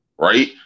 Right